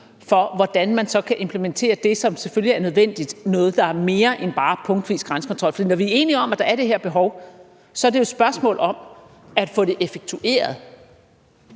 for, hvordan man så kan implementere det, som selvfølgelig er nødvendigt, nemlig noget mere end bare punktvis grænsekontrol. For når vi er enige om, at der er det her behov, så er det jo et spørgsmål om at få det effektueret,